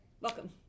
Welcome